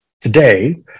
Today